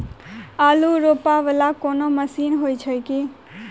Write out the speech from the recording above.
आलु रोपा वला कोनो मशीन हो छैय की?